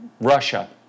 Russia